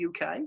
UK